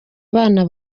abana